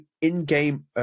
in-game